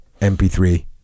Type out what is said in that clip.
mp3